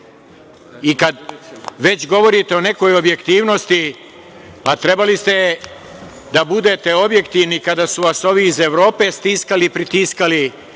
i kad već govorite o nekoj objektivnosti, a trebali ste da budete objektivni kada su vas ovi iz Evrope stiskali, pritiskali,